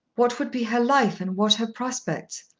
what would be her life, and what her prospects?